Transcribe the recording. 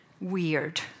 weird